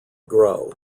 grow